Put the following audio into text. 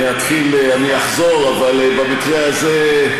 היושב-ראש, אני מציע שהנושא הזה,